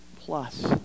plus